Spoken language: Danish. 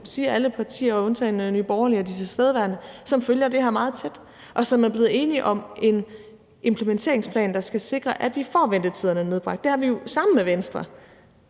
partierne undtagen Nye Borgerlige – som følger det her meget tæt, og som er blevet enige om en implementeringsplan, der skal sikre, at vi får ventetiderne nedbragt. Det har vi jo sammen med Venstre